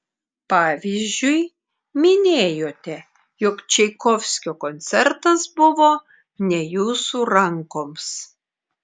pavyzdžiui minėjote jog čaikovskio koncertas buvo ne jūsų rankoms